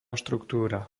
štruktúra